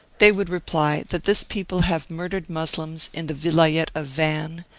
they would reply that this people have murdered moslems in the vilayet of van,